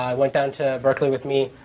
like down to berkeley with me.